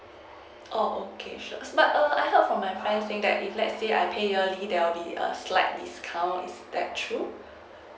oh okay sure but err I heard from my friend say that is let's say I pay yearly there would be a slight discount is that true